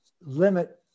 limit